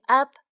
up